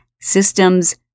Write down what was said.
Systems